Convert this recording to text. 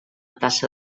tassa